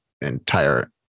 entire